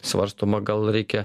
svarstoma gal reikia